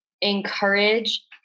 encourage